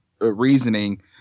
reasoning